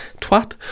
twat